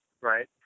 right